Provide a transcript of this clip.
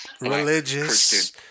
religious